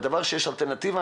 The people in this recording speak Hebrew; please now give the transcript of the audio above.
בדבר שיש אלטרנטיבה,